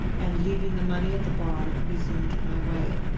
and, leaving the money at the bar, resumed my way.